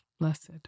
blessed